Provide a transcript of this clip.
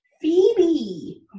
phoebe